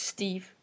Steve